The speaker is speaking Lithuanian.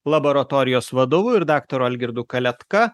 laboratorijos vadovu ir daktaru algirdu kaletka